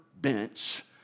bench